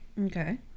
okay